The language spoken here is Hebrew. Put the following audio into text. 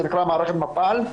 זה נקרא מערכת מפעל.